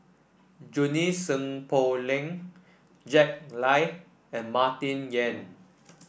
Junie Sng Poh Leng Jack Lai and Martin Yan